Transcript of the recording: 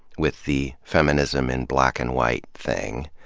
with the feminism in black and white thing.